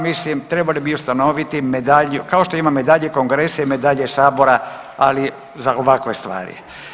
Mislim trebali bi ustanoviti medalju kao što ima medalje kongresa i medalje Sabora, ali za ovakve stvari.